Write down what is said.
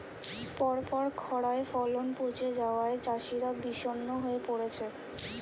পরপর খড়ায় ফলন পচে যাওয়ায় চাষিরা বিষণ্ণ হয়ে পরেছে